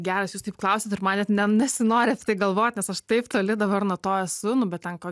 geras jūs taip klausiat ir man net nesinori galvot nes aš taip toli dabar nuo to esu ne bet ten ko